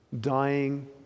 dying